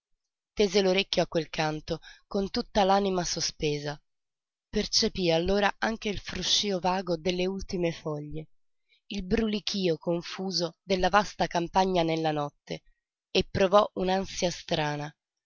tese l'orecchio a quel canto con tutta l'anima sospesa percepí allora anche il fruscío vago delle ultime foglie il brulichío confuso della vasta campagna nella notte e provò un ansia strana